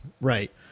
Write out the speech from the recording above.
right